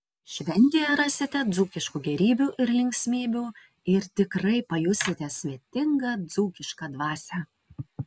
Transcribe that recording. šventėje rasite dzūkiškų gėrybių ir linksmybių ir tikrai pajusite svetingą dzūkišką dvasią